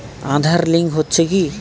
Aadhaar link হচ্ছে কি?